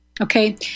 Okay